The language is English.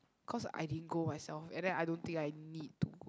cause I didn't go myself and the I don't think I need to